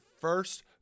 first